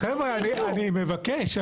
חבר'ה, אני מבקש.